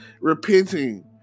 repenting